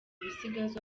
ibisigazwa